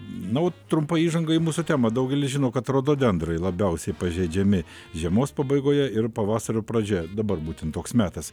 na o trumpa įžanga į mūsų temą daugelis žino kad rododendrai labiausiai pažeidžiami žiemos pabaigoje ir pavasario pradžia dabar būtent toks metas